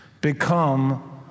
become